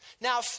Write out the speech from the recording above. Now